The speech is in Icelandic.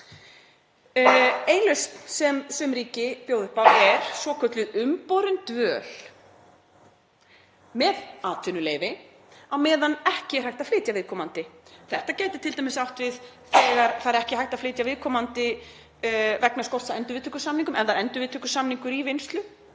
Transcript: Ein lausn sem sum ríki bjóða upp á er svokölluð umborin dvöl með atvinnuleyfi á meðan ekki er hægt að flytja viðkomandi. Þetta gæti t.d. átt við þegar ekki er hægt að flytja viðkomandi vegna skorts á endurviðtökusamningum. Ef það er endurviðtökusamningur í vinnslu